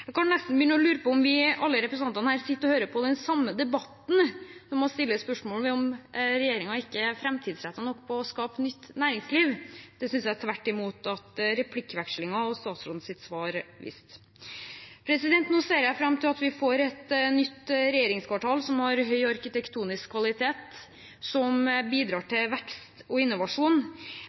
kan nesten begynne å lure på om alle representantene sitter og hører på den samme debatten når man stiller spørsmål om regjeringen ikke er fremtidsrettet nok med hensyn til å skape nytt næringsliv. Det synes jeg tvert imot at replikkvekslingen og statsrådens svar viste. Nå ser jeg fram til at vi får et nytt regjeringskvartal, som har høy arkitektonisk kvalitet, og som bidrar til vekst og innovasjon.